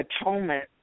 atonement